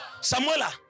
Samuela